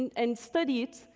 and study it,